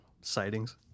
Sightings